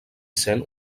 sent